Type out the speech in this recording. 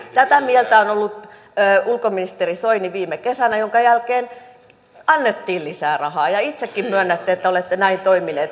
tätä mieltä on ollut ulkoministeri soini viime kesänä minkä jälkeen annettiin lisää rahaa ja itsekin myönnätte että olette näin toimineet